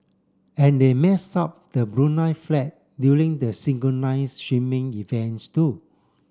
and they mess up the Brunei flag during the synchronised events too